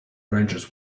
ranges